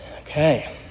Okay